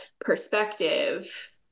perspective